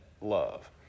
love